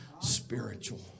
Spiritual